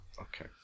okay